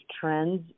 trends